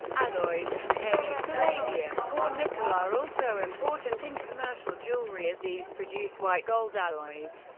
alloys containing palladium or nickel are also important in commercial jewelry as these produce white gold alloys.